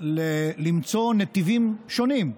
למצוא נתיבים שונים.